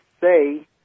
say